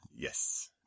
Yes